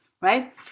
Right